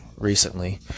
recently